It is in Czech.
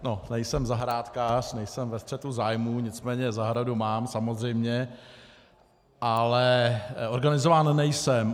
No, nejsem zahrádkář, nejsem ve střetu zájmů, nicméně zahradu mám samozřejmě, ale organizován nejsem.